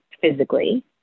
physically